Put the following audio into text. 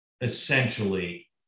essentially